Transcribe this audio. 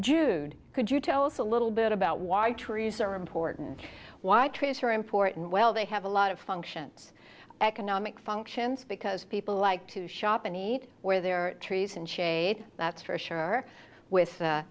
june could you tell us a little bit about why trees are important why trace are important well they have a lot of functions economic functions because people like to shop and eat where there are trees and shade that's for sure with he